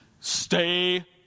Stay